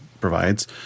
provides